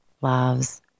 loves